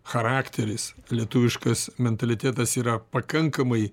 charakteris lietuviškas mentalitetas yra pakankamai